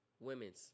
Women's